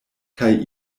kaj